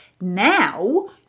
Now